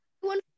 one